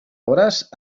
hores